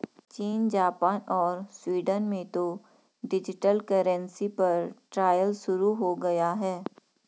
चीन, जापान और स्वीडन में तो डिजिटल करेंसी पर ट्रायल शुरू हो गया है